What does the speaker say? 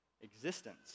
existence